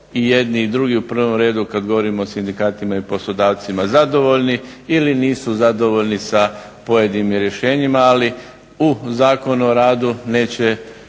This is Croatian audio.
i jedni i drugi, u prvom redu kad govorimo o sindikatima i poslodavcima, zadovoljni ili nisu zadovoljni sa pojedinim rješenjima. Ali, u Zakonu o radu neće